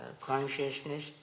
consciousness